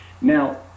Now